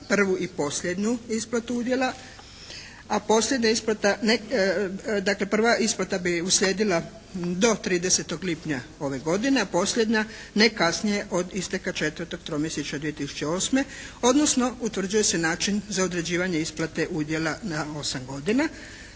prvu i posljednju isplatu udjela, a posljednja isplata, dakle prva isplata bi uslijedila do 30. lipnja ove godine, a posljednja ne kasnije od isteka 4. tromjesječja 2008. odnosno utvrđuje se način za određivanje isplate udjela na 8 godina.